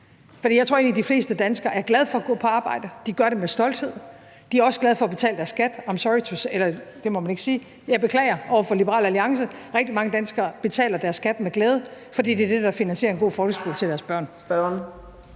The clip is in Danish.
jeg tror egentlig, at de fleste danskere er glade for at gå på arbejde. De gør det med stolthed. De er også glade for at betale deres skat. Jeg beklager over for Liberal Alliance: Rigtig mange danskere betaler deres skat med glæde, for det er det, der finansierer en god folkeskole til deres børn.